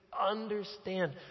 understand